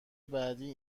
بعدی